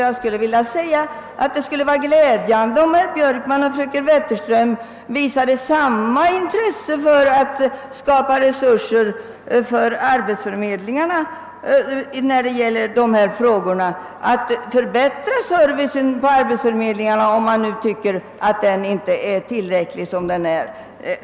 Jag skulle vilja säga att det skulle vara glädjande, om fröken Wetterström och herr Björkman visade samma intresse som för skrivbyråerna när det gäller att skapa resurser åt de offentliga arbetsförmedlingarna, så att deras service kunde förbättras, om fröken Wetterström och herr Björkman nu tycker att den inte är tillräcklig som den är.